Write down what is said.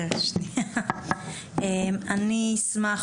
אני אשמח,